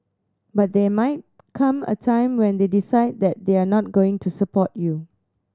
but there might come a time when they decide that they're not going to support you